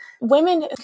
Women